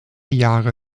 jahre